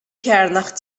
chearnach